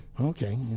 Okay